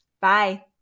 Bye